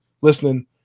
listening